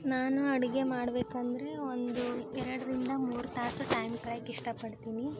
ನಾನು ಅಡುಗೆ ಮಾಡಬೇಕಂದ್ರೆ ಒಂದು ಎರಡರಿಂದ ಮೂರು ತಾಸು ಟೈಮ್ ಕಳ್ಯಕ್ಕೆ ಇಷ್ಟಪಡ್ತೀನಿ